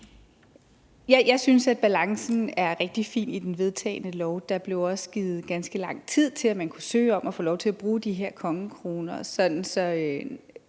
Jeg synes, at balancen er rigtig fin i den vedtagne lov. Der blev også givet ganske lang tid til, at man kunne søge om at få lov til at bruge de her kongekroner.